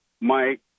Mike